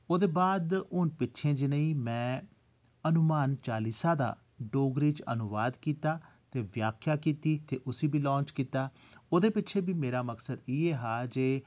ओह्दे बाद हून पिच्छे जनेही में हनुमान चालिसा दा डोगरी च अनुवाद कीता ते व्याख्या कीती ते उसी बी लांच कीता ओह्दे पिच्छें बी मेरा मकसद इ'यै हा जे